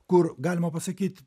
kur galima pasakyt